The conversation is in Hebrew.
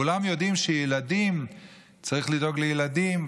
כולם יודעים שצריך לדאוג לילדים,